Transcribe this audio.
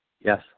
Yes